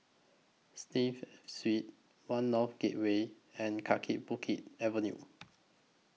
Steve Street one North Gateway and Kaki Bukit Avenue